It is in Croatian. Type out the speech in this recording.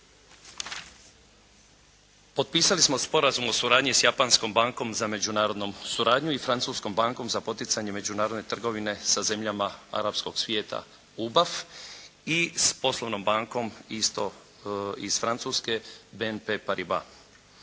Potpisali smo Sporazum o suradnji s japanskom bankom za međunarodnu suradnju i francuskom bankom za poticanje međunarodne trgovine sa zemljama arapskog svijeta UBAF i s poslovnom bankom isto iz Francuske, BMP Pariva.